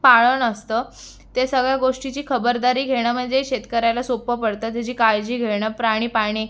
पाळणं असतं ते सगळ्या गोष्टीची खबरदारी घेणं म्हणजे शेतकऱ्याला सोपं पडतं त्याची काळजी घेणं प्राणी पाळणे